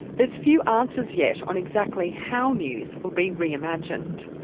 there's few answers yet on exactly how news will be re-imagined.